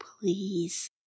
please